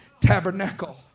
tabernacle